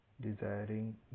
desiring